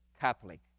Catholic